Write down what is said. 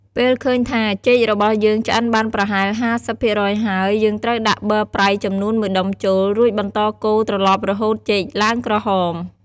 ពេលឃើញថា ចេករបស់យើងឆ្អិនបានប្រហែល ៥០ ភាគរយ ហើយ យើងត្រូវដាក់ប័រប្រៃចំនួន១ដុំចូល រួចបន្ដកូរត្រឡប់រហូតចេកឡើងក្រហម។